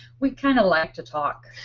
we kinda like to talk.